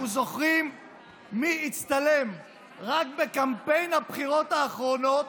אנחנו זוכרים מי הצטלם רק בקמפיין הבחירות האחרונות